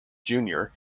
junior